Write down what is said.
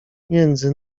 między